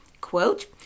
Quote